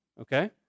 okay